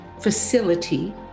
facility